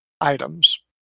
items